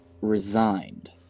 resigned